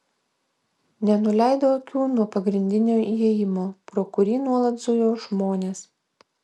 nenuleido akių nuo pagrindinio įėjimo pro kurį nuolat zujo žmonės